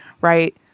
right